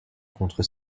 contre